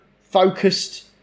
focused